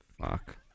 Fuck